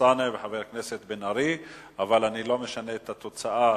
להעביר את הצעת